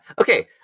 okay